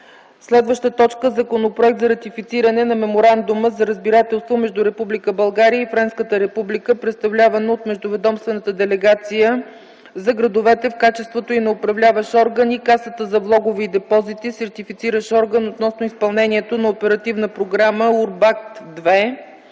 България. 5. Законопроект за ратифициране на Меморандума за разбирателство между Република България и Френската република, представлявана от Междуведомствената делегация за градовете в качеството й на управляващ орган и Касата за влогове и депозити - сертифициращ орган, относно изпълнението на Оперативна програма УРБАКТ